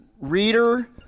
Reader